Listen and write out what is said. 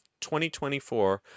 2024